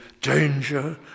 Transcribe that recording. danger